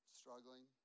struggling